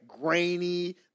grainy